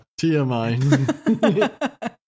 TMI